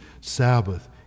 Sabbath